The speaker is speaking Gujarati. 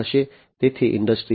તેથી ઈન્ડસ્ટ્રી 4